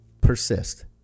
Persist